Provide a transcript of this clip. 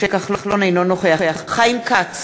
אינו נוכח חיים כץ,